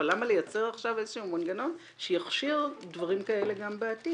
אבל למה לייצר עכשיו איזה שהוא מנגנון שיכשיר דברים כאלה גם בעתיד?